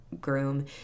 groom